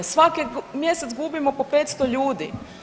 Svaki mjesec gubimo po 500 ljudi.